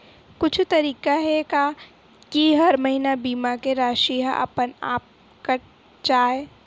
कुछु तरीका हे का कि हर महीना बीमा के राशि हा अपन आप कत जाय?